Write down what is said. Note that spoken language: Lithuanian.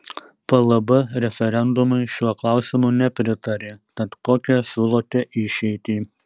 plb referendumui šiuo klausimu nepritarė tad kokią siūlote išeitį